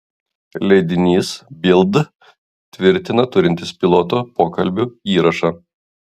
leidinys bild tvirtina turintis pilotų pokalbių įrašą